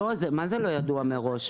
מה זה לא ידוע מראש?